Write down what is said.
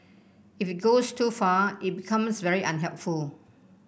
if it goes too far it becomes very unhelpful